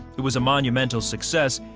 it was a monumental success,